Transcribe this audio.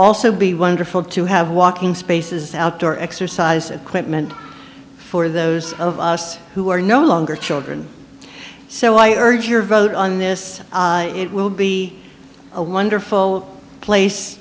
also be wonderful to have walking spaces outdoor exercise equipment for those of us who are no longer children so i urge your vote on this it will be a wonderful place